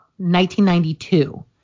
1992